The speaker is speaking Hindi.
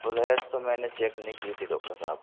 पैलेट तो मैंने चेक नहीं की थी डॉक्टर साहब